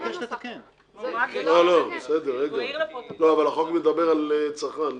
אבל החוק מדבר על צרכן ביתי.